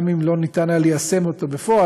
גם אם לא ניתן היה ליישם אותו בפועל,